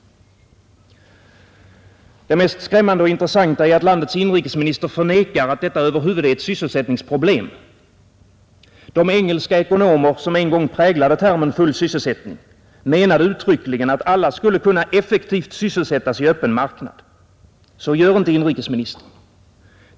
Det mest skrämmande och intressanta är att landets inrikesminister förnekar att detta över huvud är ett sysselsättningsproblem. De engelska ekonomer som en gång präglade termen full sysselsättning menade uttryckligen att alla skulle kunna effektivt sysselsättas i öppen marknad. Så gör inte inrikesministern.